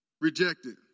rejected